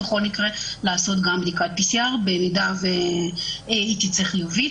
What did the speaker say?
לעשות גם בדיקת PCR. במידה והיא תצא חיובית,